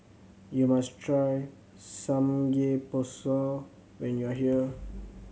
you must try Samgyeopsal when you are here